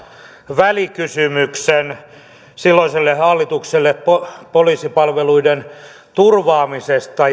välikysymyksen silloiselle hallitukselle poliisipalveluiden turvaamisesta